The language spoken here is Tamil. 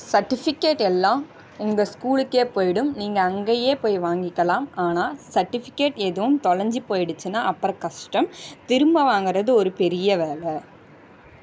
சர்டிஃபிக்கேட் எல்லாம் உங்கள் ஸ்கூலுக்கே போய்டும் நீங்கள் அங்கேயே போய் வாங்கிக்கலாம் ஆனால் சர்டிஃபிக்கேட் எதுவும் தொலைஞ்சு போய்டுச்சின்னா அப்புறம் கஷ்டம் திரும்ப வாங்குறது ஒரு பெரிய வேலை